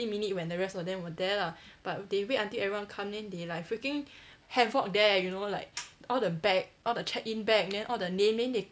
fifteen minute when the rest of them were there lah but they wait until everyone come then they freaking havoc there you know like all the bag all the check-in bag then the all the name then they